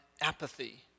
apathy